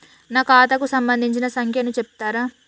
నా ఖాతా కు సంబంధించిన సంఖ్య ను చెప్తరా?